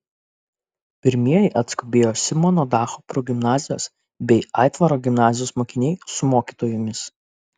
pirmieji atskubėjo simono dacho progimnazijos bei aitvaro gimnazijos mokiniai su mokytojomis